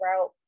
route